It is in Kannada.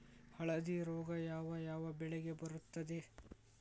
ಹಳದಿ ರೋಗ ಯಾವ ಯಾವ ಬೆಳೆಗೆ ಬರುತ್ತದೆ?